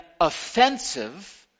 offensive